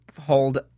hold